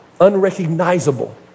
unrecognizable